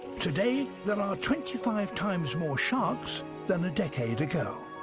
today there are twenty five times more sharks than a decade ago.